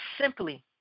simply